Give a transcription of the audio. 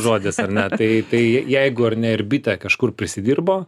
žodis ar ne tai tai jeigu ar ne ir bitė kažkur prisidirbo